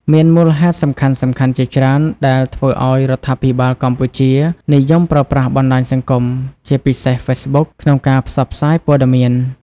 មានមូលហេតុសំខាន់ៗជាច្រើនដែលធ្វើឱ្យរដ្ឋាភិបាលកម្ពុជានិយមប្រើប្រាស់បណ្ដាញសង្គម ជាពិសេស Facebook ក្នុងការផ្សព្វផ្សាយព័ត៌មាន។